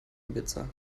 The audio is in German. ibiza